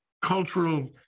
cultural